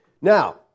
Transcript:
Now